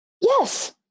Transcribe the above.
Yes